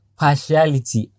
partiality